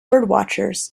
birdwatchers